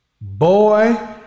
Boy